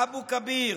אבו כביר,